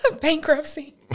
Bankruptcy